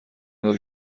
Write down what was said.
داد